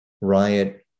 riot